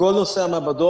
בכל נושא המעבדות,